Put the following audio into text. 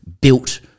built